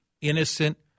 innocent